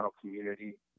community